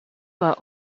were